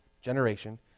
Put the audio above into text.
generation